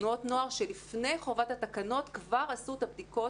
תנועות נוער שלפני חובת התקנות כבר עשו את הבדיקות